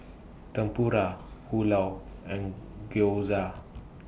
Tempura Pulao and Gyoza